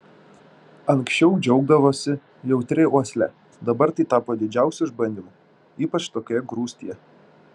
anksčiau džiaugdavosi jautria uosle dabar tai tapo didžiausiu išbandymu ypač tokioje grūstyje